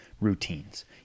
Routines